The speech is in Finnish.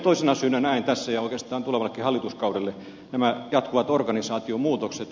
toisena syynä näen tässä ja oikeastaan tulevallekin hallituskaudelle nämä jatkuvat organisaatiomuutokset